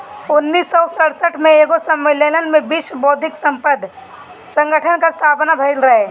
उन्नीस सौ सड़सठ में एगो सम्मलेन में विश्व बौद्धिक संपदा संगठन कअ स्थापना भइल रहे